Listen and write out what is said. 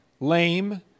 lame